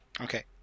Okay